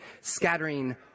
scattering